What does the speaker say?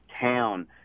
town